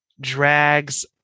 drags